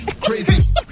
crazy